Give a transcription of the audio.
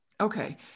Okay